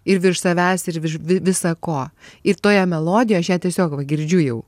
ir virš savęs ir vi visa ko ir toje melodijo aš ją tiesiog va girdžiu jau